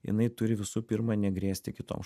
jinai turi visų pirma negrėsti kitom